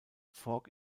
fork